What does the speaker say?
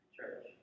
Church